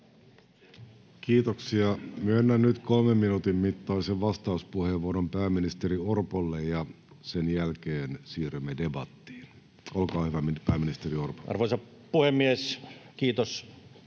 Kiitoksia. — Myönnän nyt kolmen minuutin mittaisen vas-tauspuheenvuoron pääministeri Orpolle, ja sen jälkeen siirrymme debattiin. — Olkaa hyvä, pääministeri Orpo. [Speech 24]